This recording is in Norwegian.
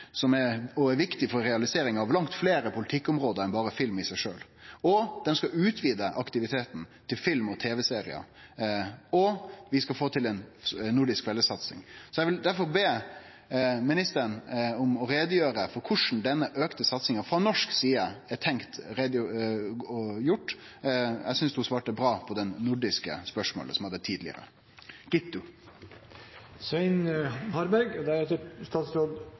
og er viktig for realiseringa av langt fleire politikkområde enn berre film i seg sjølv. Dei skal òg utvide aktiviteten til film og tv-seriar, og dei skal få til ei nordisk fellessatsing. Eg vil difor be ministeren om å gjere greie for korleis denne auka satsinga frå norsk side er tenkt gjort. Eg syntest ho svarte bra på det nordiske spørsmålet som eg hadde tidlegare.